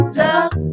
love